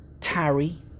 tarry